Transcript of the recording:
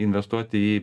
investuoti į